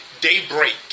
Daybreak